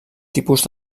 tipus